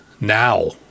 now